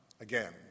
again